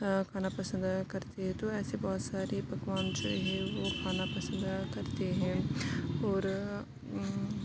وہ کھانا پسند کرتے تو ایسے بہت سارے پکوان جو ہے وہ کھانا پسند کرتے ہیں اور